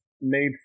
made